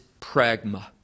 pragma